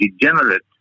degenerate